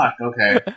okay